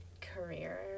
career